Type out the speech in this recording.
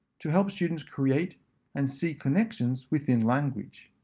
to help students create and see connections within language.